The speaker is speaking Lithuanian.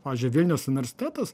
pavyzdžiui vilniaus universitetas